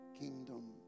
kingdom